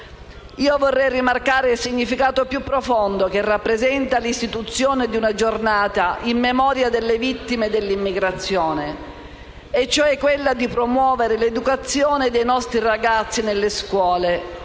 Vorrei rimarcare il significato più profondo che rappresenta l'istituzione di una Giornata in memoria delle vittime dell'immigrazione: promuovere l'educazione dei nostri ragazzi nelle scuole